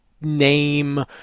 name